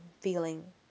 feeling